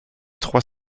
trois